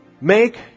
make